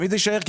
תמיד יישאר.